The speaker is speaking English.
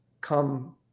come